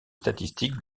statistiques